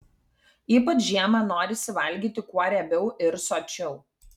ypač žiemą norisi valgyti kuo riebiau ir sočiau